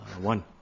One